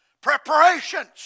preparations